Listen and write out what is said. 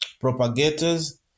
propagators